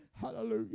Hallelujah